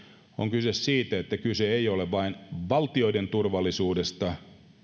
kyse siitä että kyse ei ole vain valtioiden turvallisuudesta